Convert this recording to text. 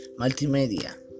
Multimedia